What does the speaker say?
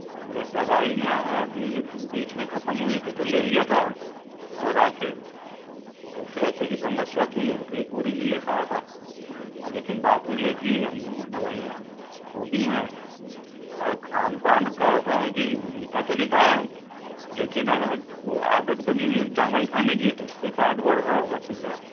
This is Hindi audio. अरे दवाई मैं अभी बीच में खत्म हुई थी तो ले लिया था और आके पैसे वैसे की समस्या थी इस लिए पूरी नहीं ले पाया था लेकिन बाद में ली थी हमने वो दवाइयाँ वो भी हैं और खान पान का ऐसा है कि मीट्ठा तो नहीं खाए हम लेकिन वो आदत बनी हुई है चावल खाने की उससे शायद बढ़ रहा होगा शुगर